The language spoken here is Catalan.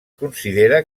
considera